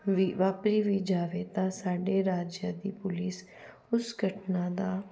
ਵੀ ਵਾਪਰੀ ਵੀ ਜਾਵੇ ਤਾਂ ਸਾਡੇ ਰਾਜਾਂ ਦੀ ਪੁਲਿਸ ਉਸ ਘਟਨਾ ਦਾ